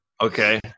okay